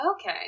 Okay